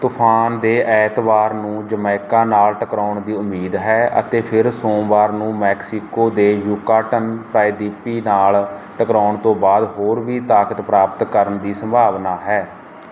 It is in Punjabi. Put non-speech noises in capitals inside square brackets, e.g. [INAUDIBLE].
ਤੂਫ਼ਾਨ ਦੇ ਐਤਵਾਰ ਨੂੰ ਜਮੈਕਾ ਨਾਲ ਟਕਰਾਉਣ ਦੀ ਉਮੀਦ ਹੈ ਅਤੇ ਫਿਰ ਸੋਮਵਾਰ ਨੂੰ ਮੈਕਸੀਕੋ ਦੇ ਯੂਕਾਟਨ [UNINTELLIGIBLE] ਨਾਲ ਟਕਰਾਉਣ ਤੋਂ ਬਾਅਦ ਹੋਰ ਵੀ ਤਾਕਤ ਪ੍ਰਾਪਤ ਕਰਨ ਦੀ ਸੰਭਾਵਨਾ ਹੈ